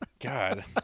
god